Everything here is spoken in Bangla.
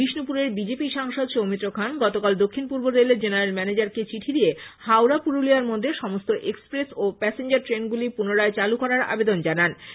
বিষ্ণুপুরের বিজেপি সাংসদ সৌমিত্র খান গতকাল দক্ষিণ পূর্ব রেলের জেনারেল ম্যানেজারকে চিঠি দিয়ে হাওড়া পুরুলিয়ার মধ্যে সমস্ত এক্সপ্রেস ও প্যাসেঞ্জার ট্রেনগুলি পুনরায় চালু করার আবেদন জানিয়েছেন